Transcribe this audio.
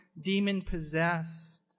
demon-possessed